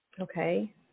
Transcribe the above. Okay